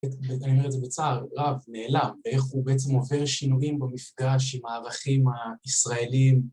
אני אומר את זה בצער רב - נעלם, ואיך הוא בעצם עובר שינויים במפגש עם הערכים הישראלים